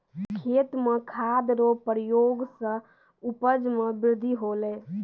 खेत मे खाद रो प्रयोग से उपज मे बृद्धि होलै